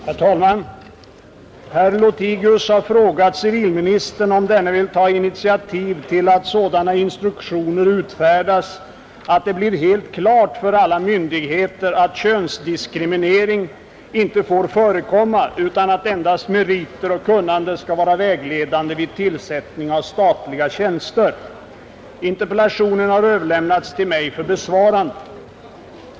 Herr talman! Herr Lothigius har frågat civilministern om denne vill ta initiativ till att sådana instruktioner utfärdas, att det blir helt klart för alla myndigheter att könsdiskriminering inte får förekomma utan att endast meriter och kunnande skall vara vägledande vid tillsättning av statliga tjänster. Interpellationen har överlämnats till mig för besvarande.